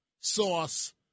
sauce